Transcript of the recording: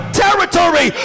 territory